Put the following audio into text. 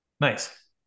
Nice